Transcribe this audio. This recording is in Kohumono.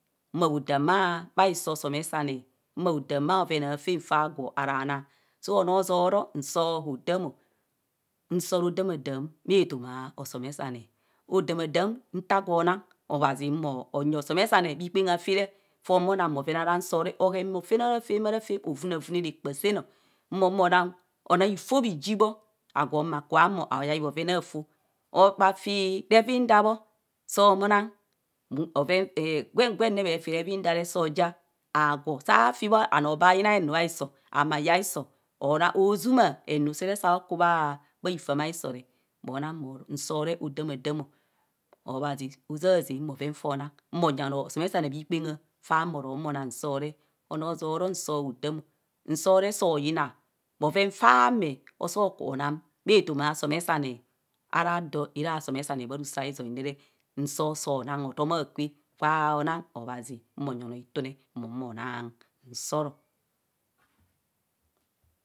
Maodam bhaaren afen faa gwo ara naa. so anro hozoara nsoo hodaam o nsoo odamaadam etoma osomesane. odamaadam nta gwo nang abhazi monyi osomesane bhikpaangha fi re foo huma nang bhoven ara nsoo re. ahen faam ara faam ara faam arunavune rekpasen o monang ifoop iji bho agwo ma kubho ahumu ayai bheren aafoo bhafi revinda bho soo nang soo nang gwen gwen re bhefi revinda soo ja agwo saa bhafi bho bhanoo baa yina henu bhiso humo ayaa hiso oazuma henu sere caukubha bha hifemiso re mo nang bho ro nsoo re odamadam o. obhazi ozaza bhooven fronang mo nyi osomesane bhikpengha faa mo rehumo anaag nsoo re. onoo ozoroo nsoo hodaam nsoo re. soyina bhoven faa me osoo ku anang bhe tomato asomesane. Ara doo ara somesane bho rosizoi mo. nsoo soo nang hoton soo nang hoton akwe kwo nang obhazi mo nyi onoo itune mo humo nang nstoro